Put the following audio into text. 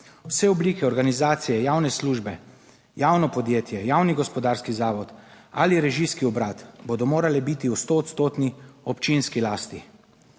Vse oblike organizacije javne službe - javno podjetje, javni gospodarski zavod ali režijski obrat - bodo morale biti v stoodstotni občinski lasti.